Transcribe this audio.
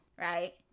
right